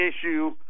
issue